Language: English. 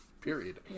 Period